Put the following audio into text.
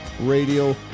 radio